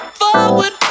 forward